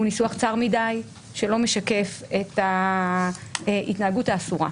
ניסוח צר מדי שלא משקף את ההתנהגות האסורה.